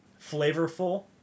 flavorful